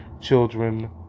children